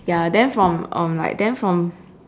ya then from um like then from